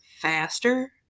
faster